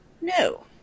No